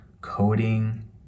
coding